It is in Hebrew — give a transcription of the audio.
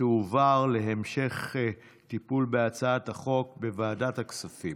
ותועבר להמשך טיפול לוועדת הכספים.